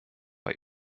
bei